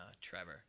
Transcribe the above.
Trevor